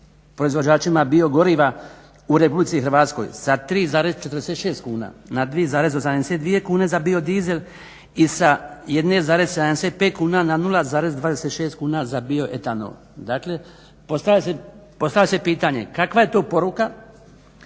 proizvođačima biogoriva u RH sa 3,46 kuna na 2,82 kune za biodizel i sa 1,75 kuna na 0,26 kuna za bioetanol. Dakle, postavlja se pitanje kakva je to poruka